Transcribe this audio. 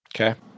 okay